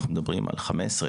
אנחנו מדברים על 12,